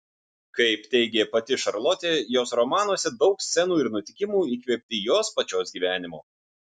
kaip teigė pati šarlotė jos romanuose daug scenų ir nutikimų įkvėpti jos pačios gyvenimo